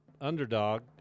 underdog